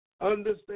Understand